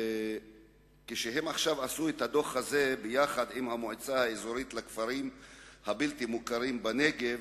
הם כתבו את הדוח הזה יחד עם המועצה האזורית לכפרים הבלתי-מוכרים בנגב,